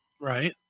Right